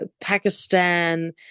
Pakistan